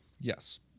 Yes